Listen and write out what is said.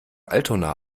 altona